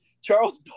charles